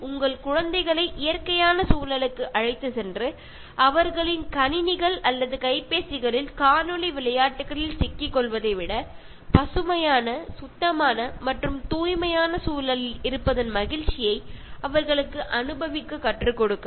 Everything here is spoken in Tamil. உங்கள் குழந்தைகளை இயற்கையான சூழலுக்கு அழைத்துச் சென்று அவர்களின் கணினிகள் அல்லது கைப்பேசிகளில் காணொளி விளையாட்டுகளில் சிக்கிக் கொள்வதை விட பசுமையான சுத்தமான மற்றும் தூய்மையான சூழலில் இருப்பதன் மகிழ்ச்சியை அவர்களுக்கு அனுபவிக்கக் கற்றுக் கொடுக்கவும்